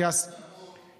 בחירות מוקדמות.